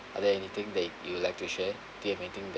are there anything that you like to share do you have anything that